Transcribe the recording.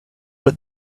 put